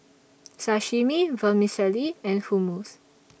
Sashimi Vermicelli and Hummus